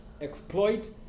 exploit